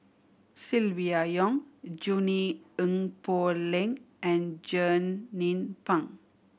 Silvia Yong Junie Sng Poh Leng and Jernnine Pang